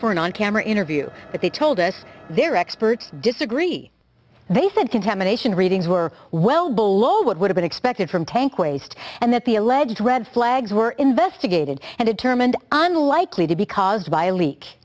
for an on camera interview but they told us their experts disagree they said contamination readings were well below what would've been expected from tank waste and that the alleged red flags were investigated and a term and unlikely to be caused by a leak